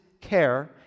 care